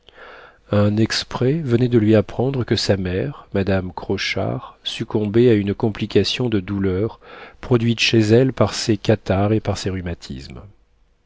un exprès venait de lui apprendre que sa mère madame crochard succombait à une complication de douleurs produites chez elle par ses catarrhes et par ses rhumatismes